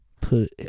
put